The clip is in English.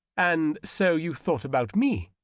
and so you thought about me,